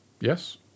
yes